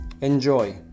Enjoy